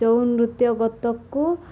ଛଉନୃତ୍ୟ ଗତକୁ